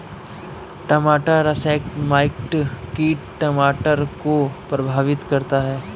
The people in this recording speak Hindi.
टमाटर रसेट माइट कीट टमाटर को प्रभावित करता है